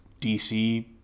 DC